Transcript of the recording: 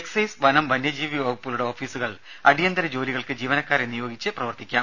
excise വനം വന്യജീവി വകുപ്പുകളുടെ ഓഫീസുകൾ അടിയന്തര ജോലികൾക്ക് ജീവനക്കാരെ നിയോഗിച്ച് പ്രവർത്തിക്കാം